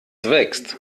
wächst